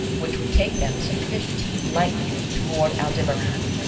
which would take them some fifteen light-years toward aldebaran.